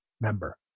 member